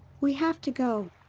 we have to go.